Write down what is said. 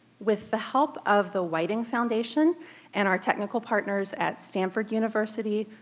with the help of the whiting foundation and our technical partners at stanford university,